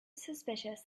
suspicious